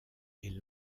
est